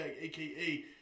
aka